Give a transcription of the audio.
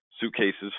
suitcases